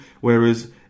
Whereas